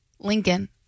Lincoln